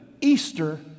Easter